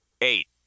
eight